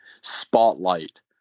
spotlight